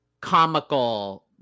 comical